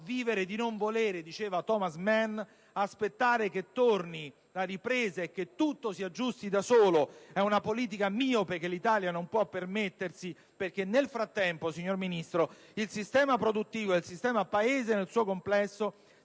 vivere di non volere», scriveva Thomas Mann; aspettare che torni la ripresa e che tutto si aggiusti da solo è una politica miope che l'Italia non può permettersi, perché nel frattempo, signor Ministro, il sistema produttivo e il sistema Paese nel suo complesso